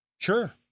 Sure